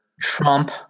Trump